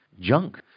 junk